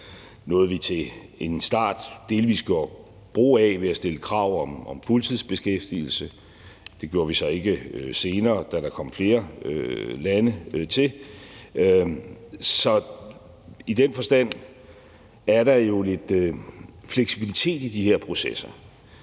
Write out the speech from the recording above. som vi til en start delvis gjorde brug af ved at stille krav om fuldtidsbeskæftigelse. Det gjorde vi så ikke senere, da der kom flere lande til. Så i den forstand er der jo en fleksibilitet i de her processer.